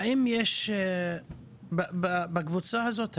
האם יש בקבוצה הזאת אנשים,